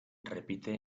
repite